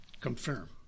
confirm